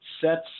sets